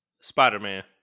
Spider-Man